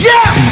Yes